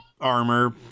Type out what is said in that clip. armor